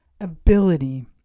ability